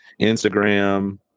Instagram